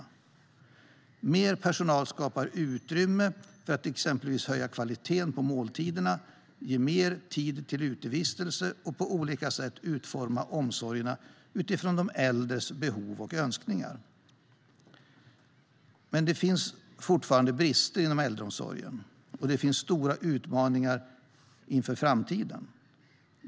Mer personal skapar utrymme för att exempelvis höja kvaliteten på måltiderna, ge mer tid till utevistelser och på olika sätt utforma omsorgerna utifrån de äldres behov och önskningar. Men det finns fortfarande brister inom äldreomsorgen, och det finns stora utmaningar inför framtiden.